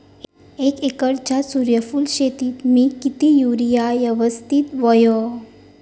एक एकरच्या सूर्यफुल शेतीत मी किती युरिया यवस्तित व्हयो?